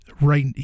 right